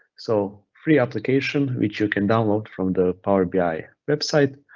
so free application which you can download from the power bi website,